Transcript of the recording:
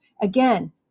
again